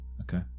Okay